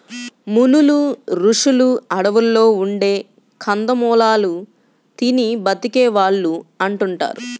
మునులు, రుషులు అడువుల్లో ఉండే కందమూలాలు తిని బతికే వాళ్ళు అంటుంటారు